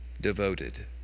devoted